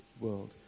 world